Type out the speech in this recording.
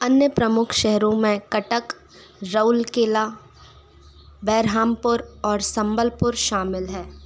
अन्य प्रमुख शहरों में कटक राउरकेला बेरहामपुर और संबलपुर शामिल हैं